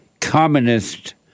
communist